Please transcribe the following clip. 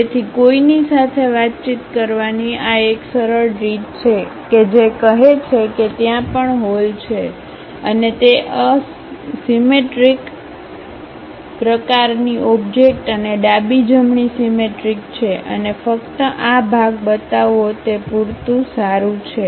તેથી કોઈની સાથે વાતચીત કરવાની આ એક સરળ રીત છે કે જે કહે છે કે ત્યાં પણ હોલ છે અને તે અસીમેટ્રિક પ્રકારની ઓબ્જેક્ટ અને ડાબી જમણી સીમેટ્રિક છે અને ફક્ત આ ભાગ બતાવવો તે પૂરતું સારું છે